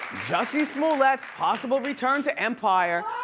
jussie smollette's possible return to empire.